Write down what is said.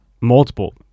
multiple